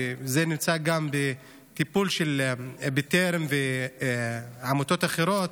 וזה נמצא גם בטיפול של "בטרם" ועמותות אחרות,